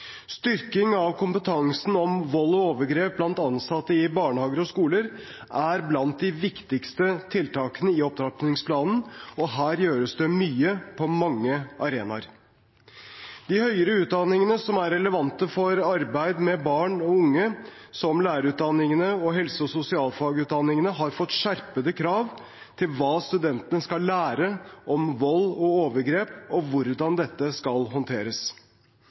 Styrking av kompetansen om vold og overgrep blant ansatte i barnehager og skoler er blant de viktigste tiltakene i opptrappingsplanen, og her gjøres det mye på mange arenaer. De høyere utdanningene som er relevante for arbeid med barn og unge, som lærerutdanningene og helse- og sosialfagutdanningene, har fått skjerpede krav til hva studentene skal lære om vold og overgrep, og hvordan dette skal håndteres.